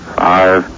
five